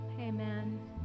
amen